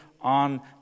on